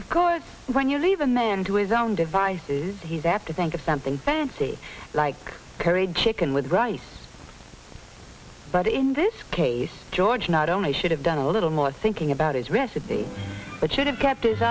of course when you leave a man to his own devices he's after think of something fancy like curried chicken with rice but in this case george not only should have done a little more thinking about his recipe but should have kept his